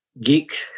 geek